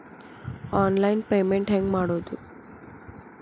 Online payment ಹೆಂಗ್ ಮಾಡೋದು?